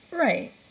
Right